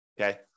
okay